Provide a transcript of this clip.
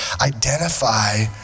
identify